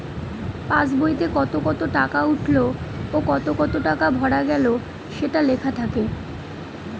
pass বইতে কত কত টাকা উঠলো ও কত কত টাকা ভরা গেলো সেটা লেখা থাকে